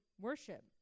worship